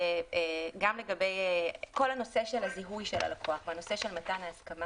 כל הנושא של הזיהוי של הלקוח והנושא של מתן ההסכמה